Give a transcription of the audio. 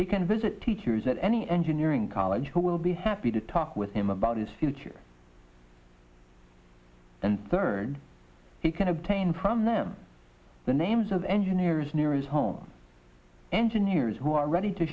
he can visit teachers at any engineering college who will be happy to talk with him about his future and third he can obtain from them the names of engineers near his home engineers who are ready to